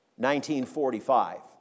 1945